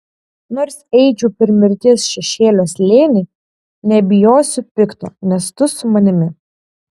nors eičiau per mirties šešėlio slėnį nebijosiu pikto nes tu su manimi